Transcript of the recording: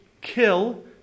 kill